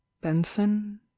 benson